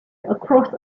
across